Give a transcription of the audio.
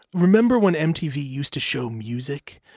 remember when mtv used to show music?